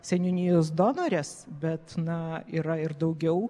seniūnijos donorės bet na yra ir daugiau